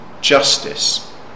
justice